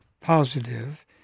positive